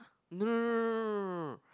no no no no no no